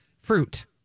fruit